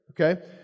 okay